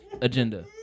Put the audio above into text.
agenda